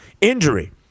injury